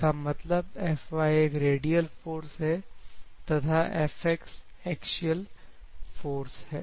इसका मतलब Fy एक रेडियल फोर्स है तथा Fx एक्सियल फोर्स है